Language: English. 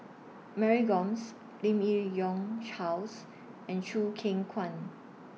Mary Gomes Lim Yi Yong Charles and Choo Keng Kwang